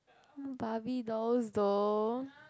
Barbie dolls though